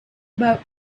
about